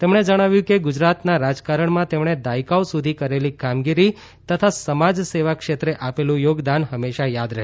તેમણે જણાવ્યું કે ગુજરાતના રાજકારણમાં તેમણે દાયકાઓ સુધી કરેલી કામગીરી તથા સમાજસેવા ક્ષેત્રે આપેલુ યોગદાન હંમેશા યાદ રહેશે